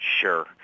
Sure